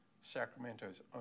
Sacramento's